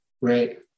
right